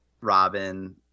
Robin